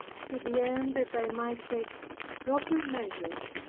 to the end that i might take proper measures.